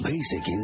Basic